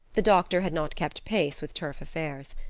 the doctor had not kept pace with turf affairs.